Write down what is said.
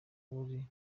buri